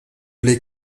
les